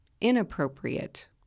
inappropriate